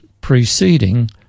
preceding